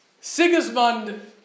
Sigismund